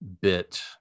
bit